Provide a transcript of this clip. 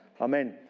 Amen